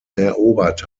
erobert